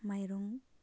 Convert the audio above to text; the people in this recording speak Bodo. माइरं